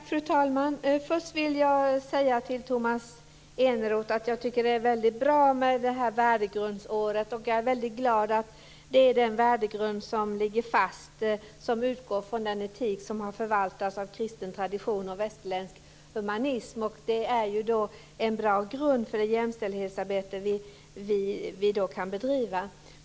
Fru talman! Först vill jag säga till Tomas Eneroth att jag tycker att värdegrundsåret är väldigt bra. Jag är glad att det är denna värdegrund som ligger fast - den som utgår från den etik som har förvaltats av kristen tradition och västerländsk humanism. Det är en bra grund för det jämställdhetsarbete som vi kan bedriva.